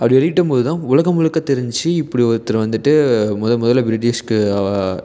அப்படி வெளியிட்ட போதுதான் உலக முழுக்க தெரிஞ்சிச்சு இப்படி ஒருத்தர் வந்துட்டு மொதல் முதல்ல பிரிட்டிஷ்க்கு